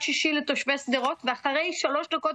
ברור: הכריזו עלינו מלחמה.